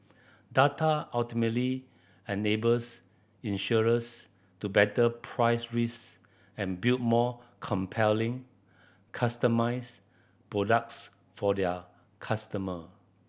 data ultimately enables insurers to better price risk and build more compelling customised products for their customer